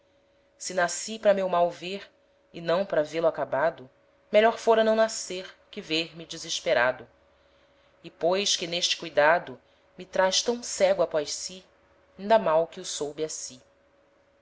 se nasci p'ra meu mal vêr e não p'ra vê-lo acabado melhor fôra não nascer que vêr-me desesperado e pois que n'este cuidado me traz tam cego após si inda mal que o soube assi